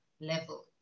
level